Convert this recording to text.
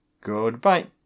Goodbye